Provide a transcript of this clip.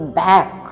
back